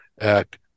Act